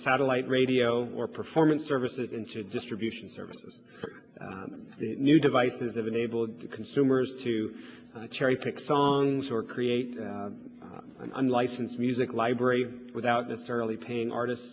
satellite radio or performance services into distribution services for new devices of enabled consumers to cherry pick songs or create an unlicensed music library without necessarily paying artist